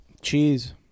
Cheese